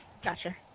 Gotcha